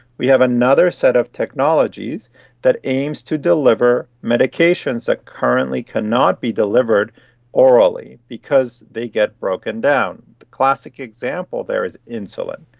we have another set of technologies that aims to deliver medications that currently cannot be delivered orally because they get broken down. the classic example there is insulin.